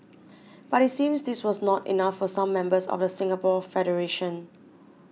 but it seems this was not enough for some members of the Singapore federation